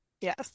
Yes